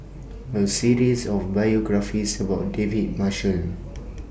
A series of biographies about David Marshall